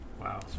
Wow